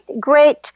great